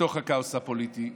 בתוך הכאוס הפוליטי,